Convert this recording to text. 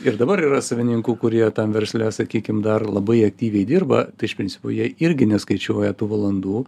ir dabar yra savininkų kurie tam versle sakykim dar labai aktyviai dirba tai iš principo jie irgi neskaičiuoja tų valandų